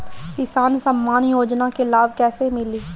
किसान सम्मान योजना के लाभ कैसे मिली?